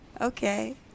Okay